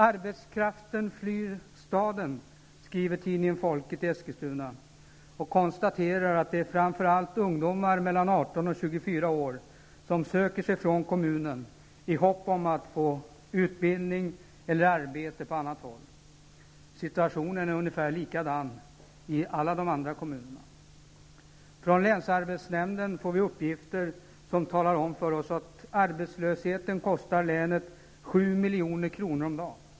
Arbetskraften flyr staden, skriver tidningen Folket i Eskilstuna och konstaterar att det framför allt är ungdomar mellan 18 och 24 år som söker sig från kommunen i hopp om att få utbildning eller arbete på annat håll. Situationen är ungefär likadan i alla de andra kommunerna. Från länsarbetsnämnden får vi uppgifter som talar om för oss att arbetslösheten kostar länet 7 milj.kr. om dagen.